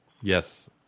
Yes